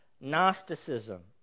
Gnosticism